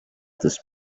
this